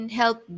help